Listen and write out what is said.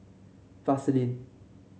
vaseline